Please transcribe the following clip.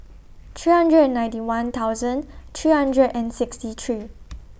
two hundred and ninety one thousand two hundred and sixty three